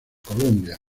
colombia